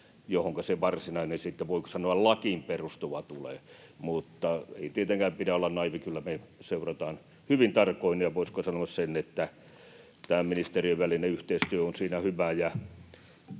sitten se varsinainen, voiko sanoa, lakiin perustuva tulee. Mutta ei tietenkään pidä olla naiivi. Kyllä me seurataan hyvin tarkoin, ja voisiko sanoa sen, että tämä ministerien välinen yhteistyö [Puhemies